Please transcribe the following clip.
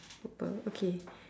purple okay